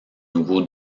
nouveau